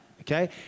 Okay